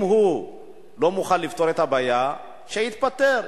אם הוא לא מוכן לפתור את הבעיה, שיתפטר.